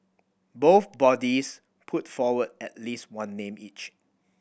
both bodies put forward at least one name each